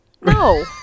no